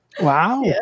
Wow